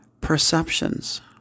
perceptions